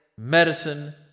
Medicine